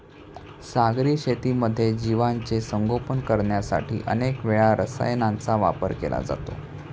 सागरी शेतीमध्ये जीवांचे संगोपन करण्यासाठी अनेक वेळा रसायनांचा वापर केला जातो